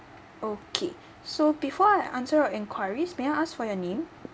okay so before I answer your enquiries may I ask for your name